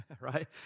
right